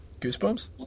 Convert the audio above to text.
goosebumps